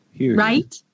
Right